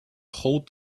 hold